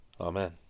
Amen